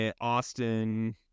Austin